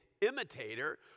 imitator